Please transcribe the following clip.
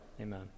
Amen